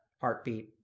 heartbeat